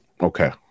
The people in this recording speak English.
Okay